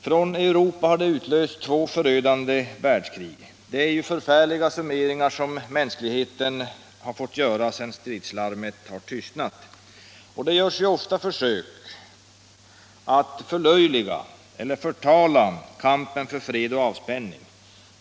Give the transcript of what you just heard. I Europa har det utlösts två förödande världskrig. Det är förfärliga summeringar som mänskligheten har fått göra sedan stridslarmet tystnat. Det görs ofta försök att förlöjliga eller förtala kampen för fred och avspänning.